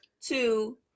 Two